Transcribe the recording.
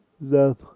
love